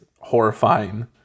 horrifying